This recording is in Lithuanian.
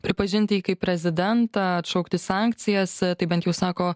pripažinti jį kaip prezidentą atšaukti sankcijas taip bent jų sako